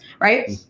Right